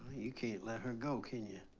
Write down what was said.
you can't let her go, can ya?